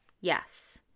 Yes